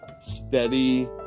steady